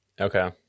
Okay